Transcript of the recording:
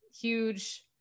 huge